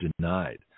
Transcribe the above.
denied